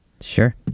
Sure